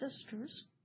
sisters